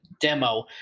demo